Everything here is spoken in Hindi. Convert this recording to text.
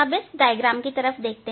अब चित्र की तरफ देखिए